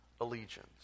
allegiance